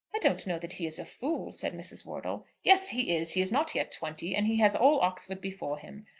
i don't know that he is a fool, said mrs. wortle. yes he is. he is not yet twenty, and he has all oxford before him.